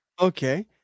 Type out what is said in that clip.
Okay